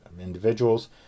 individuals